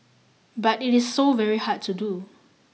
but it is so very hard to do